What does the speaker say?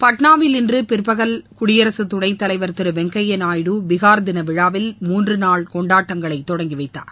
பாட்னாவில் இன்று பிற்பகல் குடியரசுத் துணைத் தலைவர் திரு வெங்கையா நாயுடு பீகார் தின விழாவில் மூன்று நாள் கொண்டாட்டங்களை தொடங்கி வைத்தார்